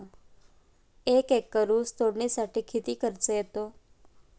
एक एकर ऊस तोडणीसाठी किती खर्च येतो?